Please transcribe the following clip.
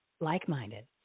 like-minded